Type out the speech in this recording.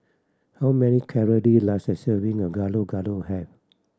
how many calory does a serving of Gado Gado have